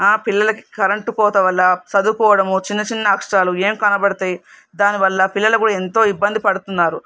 పిల్లలకి కరెంటు కోత వల్ల చదువుకోవడము చిన్న చిన్న అక్షరాలు ఏం కనపడతాయి దాని వల్ల పిల్లలు కూడా ఎంతో ఇబ్బంది పడుతున్నారు